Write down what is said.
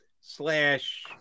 slash